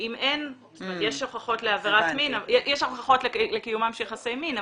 יש הוכחות לקיומם של יחסי מין,